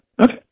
Okay